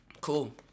Cool